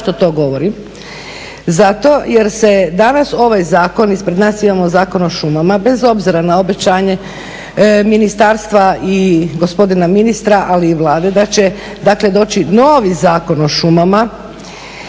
Zato jer se danas ovaj zakon, ispred nas imamo Zakon o šumama, bez obzira na obećanje Ministarstva i gospodina ministra ali i Vlade da će dakle doći novi Zakon o šumama,